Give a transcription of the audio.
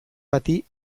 bati